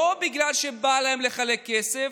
לא בגלל שבא להם לחלק כסף,